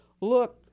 Look